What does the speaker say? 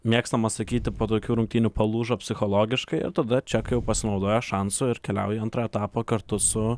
mėgstama sakyti po tokių rungtynių palūžo psichologiškai ir tada čekai pasinaudojo šansu ir keliauja į antrą etapą kartu su